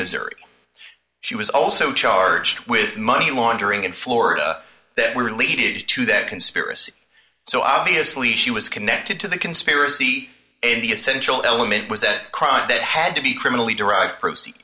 missouri she was also charged with money laundering in florida were related to that conspiracy so obviously she was connected to the conspiracy and the essential element was a crime that had to be criminally derived proceed